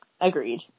agreed